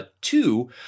Two